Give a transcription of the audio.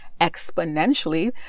exponentially